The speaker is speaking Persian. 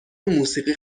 موسیقی